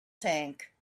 tank